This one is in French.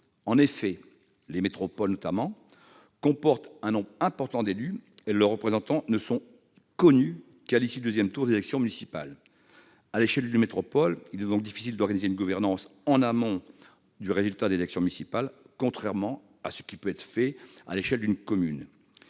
En effet, les métropoles comportent un nombre important d'élus et leurs représentants ne sont connus qu'à l'issue du deuxième tour des élections municipales. À l'échelle d'une métropole, il est donc difficile d'organiser une gouvernance en amont du résultat des élections municipales, contrairement à ce qui peut être fait à l'échelle d'une commune.